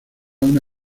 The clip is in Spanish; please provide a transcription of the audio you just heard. una